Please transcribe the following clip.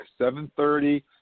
7.30